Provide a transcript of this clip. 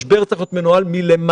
משבר צריך להיות מנוהל מלמטה.